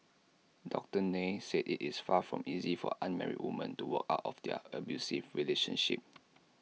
doctor Nair said IT is far from easy for unmarried women to walk out of their abusive relationships